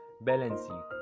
Balancing